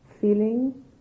feeling